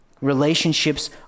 Relationships